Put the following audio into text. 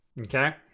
Okay